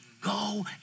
go